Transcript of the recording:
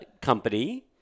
company